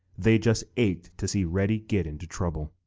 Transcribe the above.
they just ached to see reddy get into trouble.